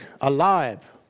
alive